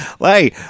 hey